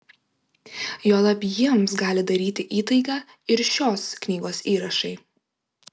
juolab jiems gali daryti įtaigą ir šios knygos įrašai